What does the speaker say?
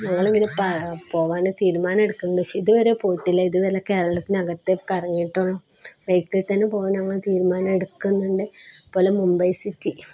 ഞങ്ങള് ഇങ്ങനെ പോകാന് തീരുമാനമെടുക്കുന്നു പക്ഷെ ഇതുവരെ പോയിട്ടില്ല ഇതുവരെ കേരളത്തിനകത്തെ കറങ്ങിയിട്ടുള്ളൂ ബൈക്കിൽ തന്നെ പോകാൻ ഞങ്ങള് തീരുമാനമെടുക്കുന്നുണ്ട് അതുപോലെ മുംബൈ സിറ്റി